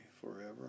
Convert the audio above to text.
forever